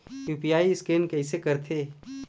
UPI scan कइसे करथे?